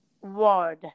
Word